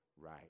right